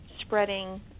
spreading